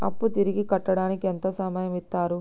అప్పు తిరిగి కట్టడానికి ఎంత సమయం ఇత్తరు?